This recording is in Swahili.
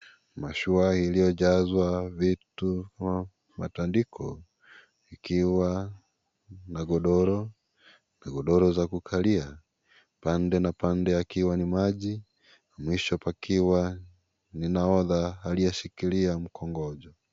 Mashua iliyojazwa vitu kama matandiko ,ikiwa na godoro, migogoro za kukalia, pande na pande pakiwa ni maji, mwisho pakiwa ni nahodha aliyeshikilia mkongojo.